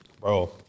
Bro